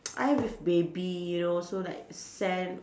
I am with baby you know so like stand